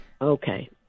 Okay